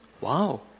Wow